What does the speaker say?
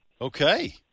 Okay